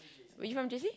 you from J_C